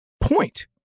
point